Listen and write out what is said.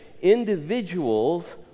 individuals